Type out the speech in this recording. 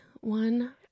one